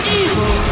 evil